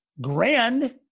Grand